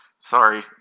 Sorry